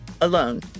alone